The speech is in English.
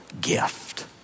gift